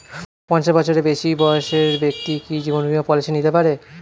পঞ্চাশ বছরের বেশি বয়সের ব্যক্তি কি জীবন বীমা পলিসি নিতে পারে?